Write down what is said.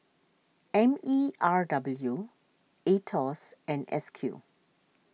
M E R W Aetos and S Q